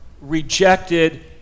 rejected